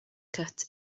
cut